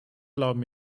glauben